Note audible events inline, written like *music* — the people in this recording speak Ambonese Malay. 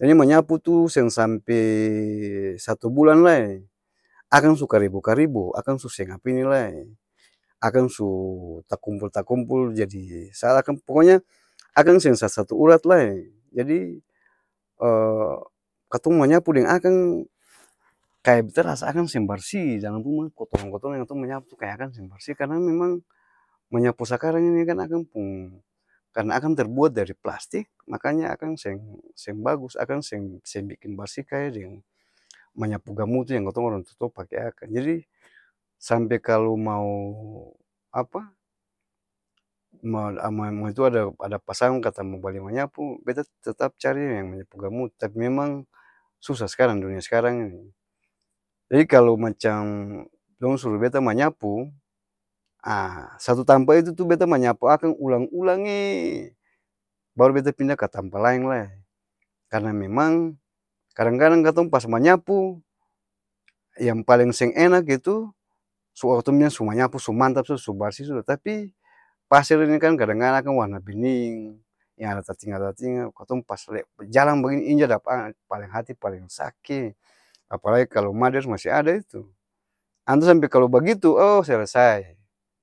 Jadi, manyapu tu seng sampe satu bulan lai, akang su karibo-karibo, akang su seng apa ini lai, akang su takumpul-takumpul jadi *hesitation* poko nya akang seng sa-satu urat lae, jadi *hesitation* katong manyapu deng akang, kaya beta rasa akang seng barsi, dalam ruma *noise* kotoran-kotoran yang katong menyapu tu kaya akang seng barsi karena memang menyapu sakarang ini kan akang pung, karna akang terbuat dari plastik, maka nya akang seng-seng bagus, akan seng-seng biking barsi kaya deng, menyapu gamutu yang katong orang tua-tua pake akang jadi, sampe kalu mau apa? *hesitation* maitua ada pasang kata mau bali manyapu, beta tetap cari yang manyapu gamutu, tapi memang susah skarang, dunia sekarang ini, lai kalau macam dong suru beta manyapu, aa satu tampa itu tu beta manyapu akang ulang-ulang eee baru beta pinda ka tampa laeng lai, karna memang, kadang-kadang katong pas manyapu, yang paleng seng enak itu su katong bilang su manyapu su mantap suda su barsih sudah tapi, paser ini kan kadang-kadang akang warna bening, yang ada tatinggal-tatinggal, katong pas jalang bagini, inja dapa akang paleng hati-paleng saki ee, apalae kalo mader masi ada itu, antua sampe kalo bagitu, oh selesai,